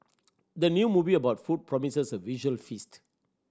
the new movie about food promises a visual feast